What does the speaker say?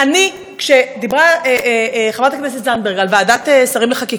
כשדיברה חברת הכנסת זנדברג על ועדת שרים לחקיקה,